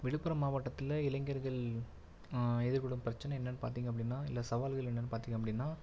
விழுப்புரம் மாவட்டத்தில் இளைஞர்கள் எதிர்கொள்ளும் பிரச்சனை என்னன்னு பார்த்திங்க அப்படினா இல்லை சவால்கள் என்னன்னு பார்த்திங்க அப்படினா